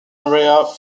area